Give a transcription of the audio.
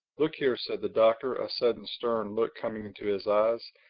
look here, said the doctor, a sudden stern look coming into his eyes,